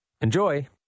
Enjoy